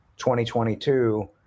2022